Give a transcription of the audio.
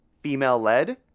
female-led